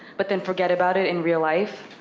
but then forget about it in real life.